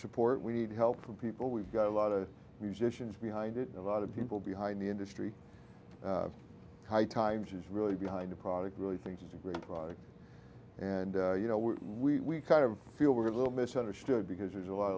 support we need help from people we've got a lot of musicians behind it a lot of people behind the industry high times is really behind the product really think it's a great product and you know we we kind of feel we're a little misunderstood because there's a lot